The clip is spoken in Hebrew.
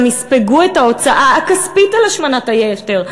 יספגו את ההוצאה הכספית על השמנת היתר,